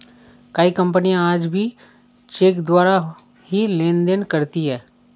कई कपनियाँ आज भी चेक द्वारा ही लेन देन करती हैं